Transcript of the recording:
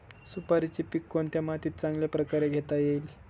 सुपारीचे पीक कोणत्या मातीत चांगल्या प्रकारे घेता येईल?